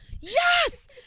Yes